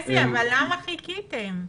למה חיכיתם?